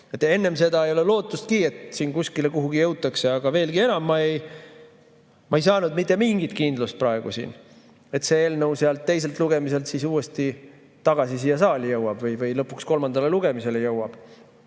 Enne seda ei ole lootustki, et siin kuhugi jõutakse. Aga veelgi enam, ma ei saanud mitte mingit kindlust praegu siin, et see eelnõu sealt teiselt lugemiselt uuesti tagasi siia saali jõuab või lõpuks kolmandale lugemisele jõuab.